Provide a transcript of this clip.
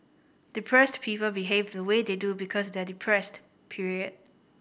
depressed people behave the way they do because they are depressed period